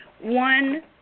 One